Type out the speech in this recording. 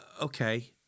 okay